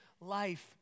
life